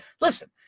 Listen